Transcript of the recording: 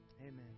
amen